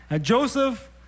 Joseph